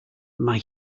mae